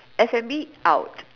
F and B out